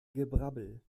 gebrabbel